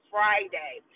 Friday